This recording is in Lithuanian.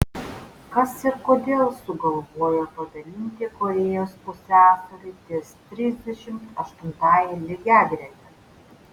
kas ir kodėl sugalvojo padalinti korėjos pusiasalį ties trisdešimt aštuntąja lygiagrete